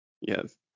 Yes